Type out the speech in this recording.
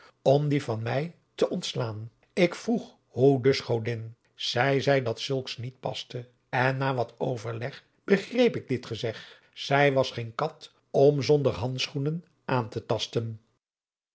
om die van my t'ontslaan ik vroeg hoe dus godin zy zeî dat zulks niet paste en na wat overleg begreep ik dit gezeg zy was geen kat om zonder handschoen aan te tasten